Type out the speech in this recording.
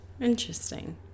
Interesting